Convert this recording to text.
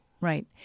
Right